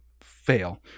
fail